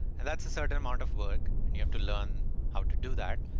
and that's a certain amount of work and you have to learn how to do that,